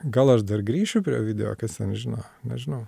gal aš dar grįšiu prie video kas ten žino nežinau